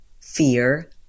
fear